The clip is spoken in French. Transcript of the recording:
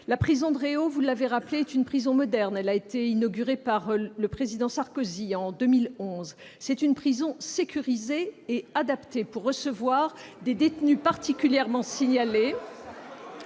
La prison de Réau, vous l'avez rappelé, est une prison moderne. Elle a été inaugurée par le président Sarkozy en 2011. C'est une prison sécurisée. Elle est adaptée pour recevoir des détenus particulièrement signalés,